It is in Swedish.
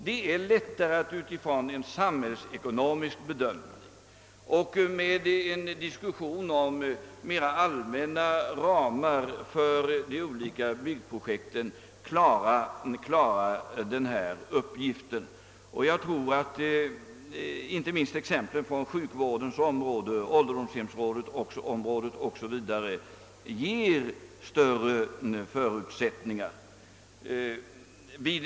Det är lättare att utifrån en samhällsekonomisk bedömning och med utgångspunkt från mera allmänna ramar för de olika byggprojekten klara denna uppgift. Inte minst exempel från sjukvårdens område, ålderdomshemsområdet o.s.v. styrker oss i den uppfattningen.